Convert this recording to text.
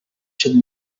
should